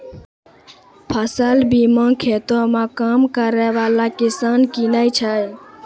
फसल बीमा खेतो मे काम करै बाला किसान किनै छै